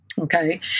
Okay